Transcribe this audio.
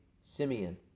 Simeon